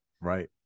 Right